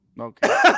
Okay